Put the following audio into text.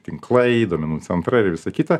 tinklai duomenų centrai ir visa kita